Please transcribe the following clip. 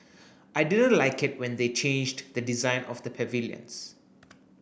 I didn't like it when they changed the design of the pavilions